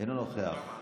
אינו נוכח.